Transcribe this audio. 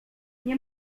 nie